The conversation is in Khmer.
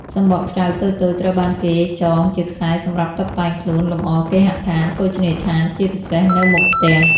សំបកខ្ចៅតូចៗត្រូវបានគេចងជាខ្សែសម្រាប់តុបតែងខ្លួន លម្អគេហដ្ឋាន ភោជនិយដ្ឋាន ជាពិសេសនៅមុខផ្ទះ។